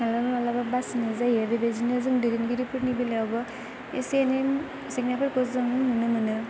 मालाबा मालाबा बासिनाय जायो बेबायदिनो जों दैदेनगिरिफोरनि बेलायावबो एसे एनै जेंनाफोरखौ जों नुनो मोनो